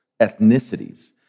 ethnicities